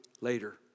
later